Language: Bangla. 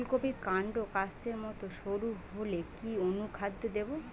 ফুলকপির কান্ড কাস্তের মত সরু হলে কি অনুখাদ্য দেবো?